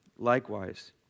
Likewise